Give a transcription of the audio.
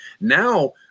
now